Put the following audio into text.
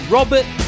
Robert